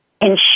ensure